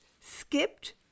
skipped